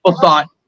thought